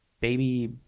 baby